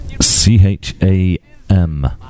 C-H-A-M